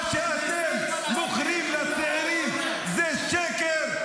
מה שאתם מוכרים לצעירים זה שקר.